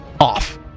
Off